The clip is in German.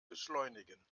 beschleunigen